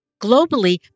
Globally